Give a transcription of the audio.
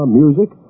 music